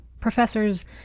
professors